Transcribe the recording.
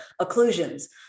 occlusions